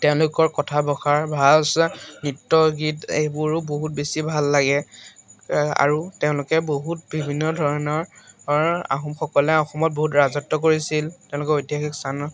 তেওঁলোকৰ কথা নৃত্য গীত এইবোৰো বহুত বেছি ভাল লাগে আৰু তেওঁলোকে বহুত বিভিন্ন ধৰণৰ আহোমসকলে অসমত বহুত ৰাজত্ব কৰিছিল তেওঁলোকৰ ঐতিহাসিক স্থান